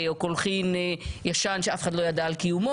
או קולחין ישן שאף אחד לא ידע על קיומו.